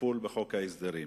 מהטיפול בחוק הסדרים.